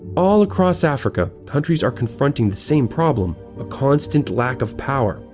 all across africa, countries are confronting the same problem a constant lack-of-power.